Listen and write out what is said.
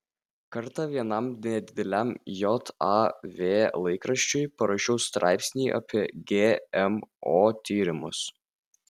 kartą vienam nedideliam jav laikraščiui parašiau straipsnį apie gmo tyrimus